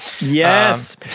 yes